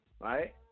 right